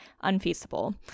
unfeasible